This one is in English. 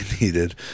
needed